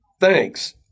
Thanks